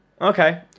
Okay